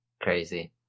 Crazy